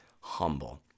humble